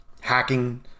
hacking